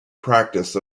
practice